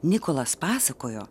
nikolas pasakojo